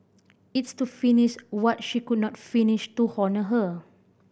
it's to finish what she could not finish to honour her